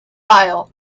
file